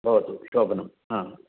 भवतु शोभनम् हां